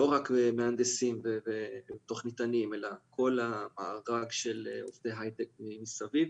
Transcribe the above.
לא רק מהנדסים ותוכניתנים אלא כל המארג של עובדי הייטק מסביב.